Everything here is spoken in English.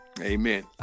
Amen